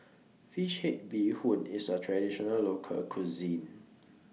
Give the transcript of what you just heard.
Fish Head Bee Hoon IS A Traditional Local Cuisine